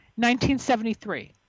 1973